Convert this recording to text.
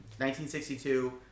1962